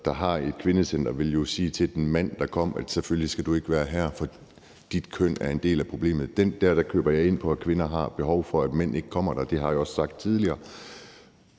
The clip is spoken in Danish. der har et kvindecenter, vil jo sige til den mand, der kommer: Selvfølgelig skal du ikke være her, for dit køn er en del af problemet. Der køber jeg ind på, at kvinder har et behov for, at mænd ikke kommer der, og det har jeg også sagt tidligere.